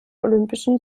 olympischen